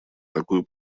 такую